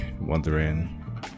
wondering